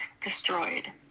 destroyed